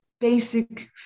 basic